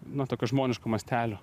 na tokio žmoniško mastelio